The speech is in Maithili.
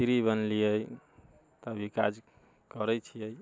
मिस्त्री बनलियै अभी काज करैत छियै